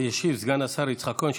ישיב סגן השר יצחק כהן,